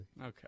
Okay